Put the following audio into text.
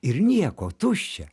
ir nieko tuščia